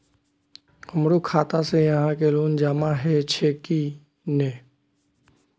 हमरो खाता से यहां के लोन जमा हे छे की ने?